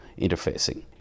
interfacing